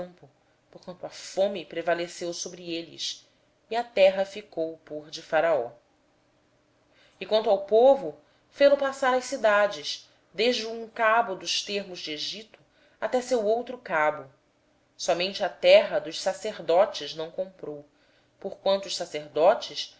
o seu campo porquanto a fome lhes era grave em extremo e a terra ficou sendo de faraó quanto ao povo josé fê-lo passar às cidades desde uma até a outra extremidade dos confins do egito somente a terra dos sacerdotes não a comprou porquanto os sacerdotes